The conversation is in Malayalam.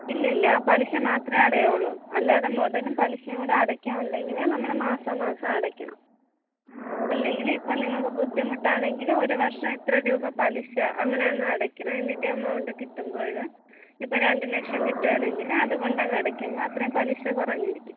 ഇല്ല ഇല്ല പലിശ മാത്രമേ അടയുകയുളളൂ അല്ലാതെ മുതലും പലിശയും കൂടെ അടക്കാനുണ്ടെങ്കിൽ നമ്മൾ മാസാമാസം അടക്കണം അല്ലെങ്കിൽ ഇപ്പോൾ നിങ്ങൾക്ക് ബുദ്ധിമുട്ടാണെങ്കിൽ ഒരു വർഷം എത്ര രൂപ പലിശ അങ്ങനെ അങ്ങു അടക്കണം എന്നിട്ട് എമൗണ്ട് കിട്ടുമ്പോൾ ഇപ്പം രണ്ടു ലക്ഷം കിട്ടുവാണെങ്കിൽ അതുകൊണ്ടങ്ങ് അടക്കുമ്പോൾ അത്രയും പലിശ കുറഞ്ഞിരിക്കും